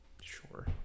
sure